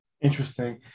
Interesting